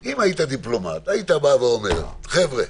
אם היית דיפלומט היית בא ואומר: חבר'ה,